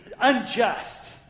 unjust